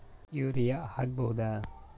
Urea ಹಾಕ್ ಬಹುದ?